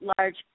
large